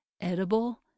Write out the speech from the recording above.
edible